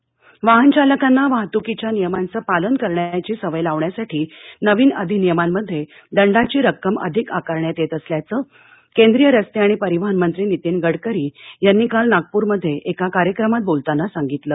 वाहतक नियम वाहनचालकांना वाहतुकीच्यानियमांचं पालन करण्याची सवय लावण्यासाठी नवीन अधिनियमांमध्ये दंडाची रक्कम अधिक आकारण्यात येत असल्याचं केंद्रीय रस्ते आणि परिवहन मंत्री नितीन गडकरी यांनी काल नागपूरमध्ये एका कार्यक्रमात बोलताना सांगितलं